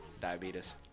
diabetes